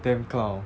damn clown